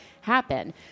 happen